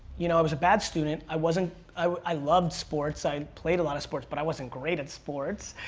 you know i was a bad student, i wasn't i loved sports. i played a lot of sports, but i wasn't great at sports.